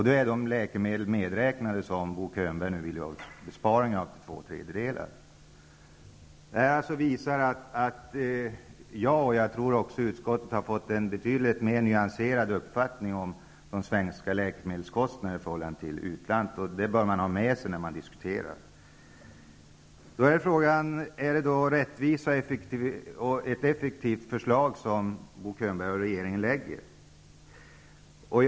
Då är de läkemedel medräknade som Bo Könberg nu vill göra besparingar på med upp till två tredjedelar av kostnaden. Jag har -- liksom, tror jag, utskottet i övrigt -- fått en betydligt mer nyanserad uppfattning om de svenska läkemedelskostnaderna i förhållande till dem i utlandet. Detta bör man ha med sig när man diskuterar. Frågan är då om det är ett rättvist och effektivt förslag som Bo Könberg och regeringen lägger fram.